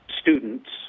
students